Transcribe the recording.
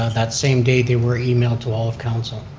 that same day they were emailed to all of council.